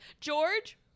George